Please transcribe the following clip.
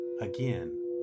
Again